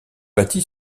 bâti